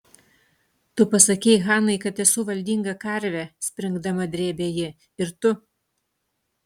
tu pasakei hanai kad esu valdinga karvė springdama drėbė ji ir tu